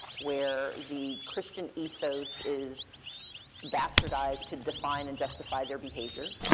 where the christian ethos is bastardized to define and justify their behavior.